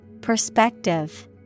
Perspective